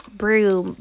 broom